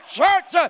church